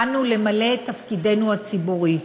באנו למלא את תפקידנו הציבורי.